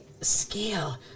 scale